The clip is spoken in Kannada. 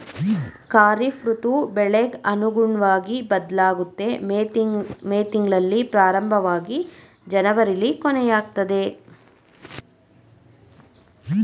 ಖಾರಿಫ್ ಋತು ಬೆಳೆಗ್ ಅನುಗುಣ್ವಗಿ ಬದ್ಲಾಗುತ್ತೆ ಮೇ ತಿಂಗ್ಳಲ್ಲಿ ಪ್ರಾರಂಭವಾಗಿ ಜನವರಿಲಿ ಕೊನೆಯಾಗ್ತದೆ